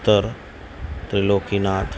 સત્તર ત્રિલોકીનાથ